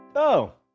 oh.